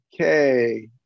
Okay